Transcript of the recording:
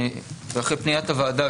ואחרי פניית הוועדה,